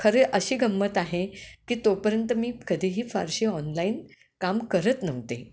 खरे अशी गम्मत आहे की तोपर्यंत मी कधीही फारशी ऑनलाईन काम करत नव्हते